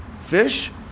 fish